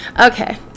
Okay